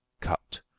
cut